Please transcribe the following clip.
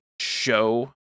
show